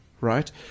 Right